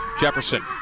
Jefferson